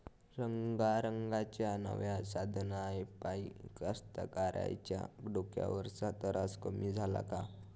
रंगारंगाच्या नव्या साधनाइपाई कास्तकाराइच्या डोक्यावरचा तरास कमी झाला का?